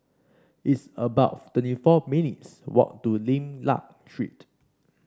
it's about twenty four minutes' walk to Lim Liak Street